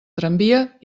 tramvia